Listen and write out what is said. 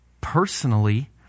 personally